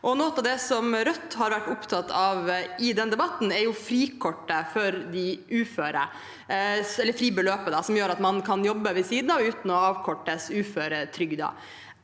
Noe av det som Rødt har vært opptatt av i den debatten, er frikortet for de uføre, eller fribeløpet, som gjør at man kan jobbe ved siden av uten at uføretrygden